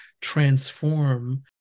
transform